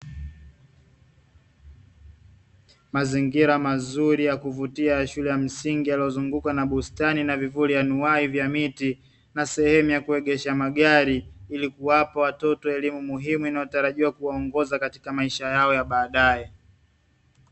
Mazingira mazuri ya kuvutia ya shule ya msingi yaliyozungukwa na bustani na vivuli anuai vya miti, na sehemu ya kuegesha magari ili kuwapa watoto elimu muhimu inayotarajiwa kuwaongoza katika maisha yao ya baadae.